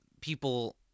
people